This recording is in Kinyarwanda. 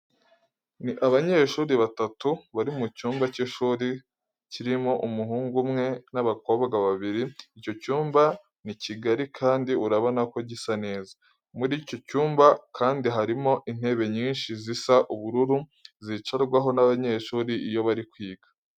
Ni abanyeshuri batatu bari mu cyumba cy'ishuri karimo umuhungu umwe n'abakobwa babiri, icyo cyumba ni kigari kandi urabona ko gisa neza. Muri icyo cyumba kandi harimo intebe nyinshi zisa ubururu zicarwaho n'abanyeshuri iyo bari kwiga.